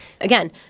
Again